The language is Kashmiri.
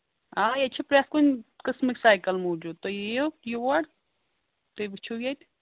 آ ییٚتہِ چھِ پرٛٮ۪تھ کُنہِ قٕسمٕکۍ سایکل موٗجوٗد تُہۍ یِیِو یور تُہۍ وٕچھِو ییٚتہِ